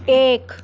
एक